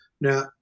Now